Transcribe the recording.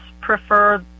prefer